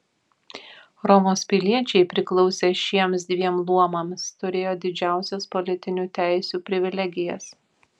romos piliečiai priklausę šiems dviem luomams turėjo didžiausias politiniu teisių privilegijas